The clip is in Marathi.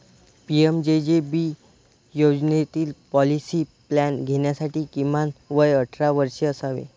पी.एम.जे.जे.बी योजनेतील पॉलिसी प्लॅन घेण्यासाठी किमान वय अठरा वर्षे असावे